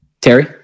Terry